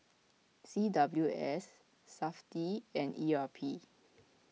C W S SAFTI and E R P